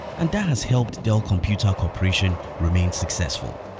and that has helped dell computer corp. remain successful.